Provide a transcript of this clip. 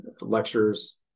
lectures